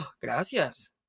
Gracias